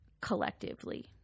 Collectively